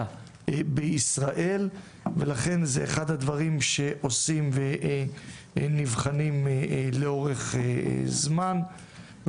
בישראל ולכן זה אחד הדברים שעושים ונבחנים לאורך זמן,